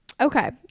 okay